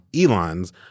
Elon's